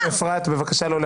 אפרת בבקשה לא להפריע.